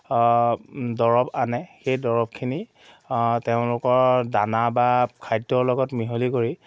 দৰৱ আনে সেই দৰৱখিনি তেওঁলোকৰ দানা বা খাদ্যৰ লগত মিহলি কৰি